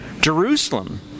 Jerusalem